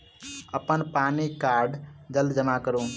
अप्पन पानि कार्ड जल्दी जमा करू?